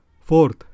fourth